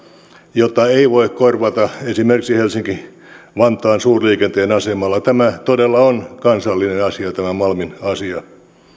jota ei voi korvata esimerkiksi helsinki vantaan suurliikenteen asemalla tämä todella on kansallinen asia tämä malmin asia